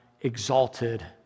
exalted